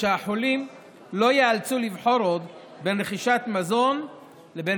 שהחולים לא ייאלצו לבחור עוד בין רכישת מזון לבין